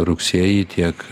rugsėjį tiek